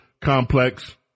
complex